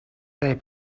they